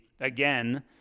again